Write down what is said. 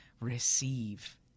receive